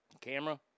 Camera